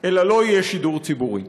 שלא יהיה שידור ציבורי.